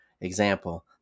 example